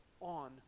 on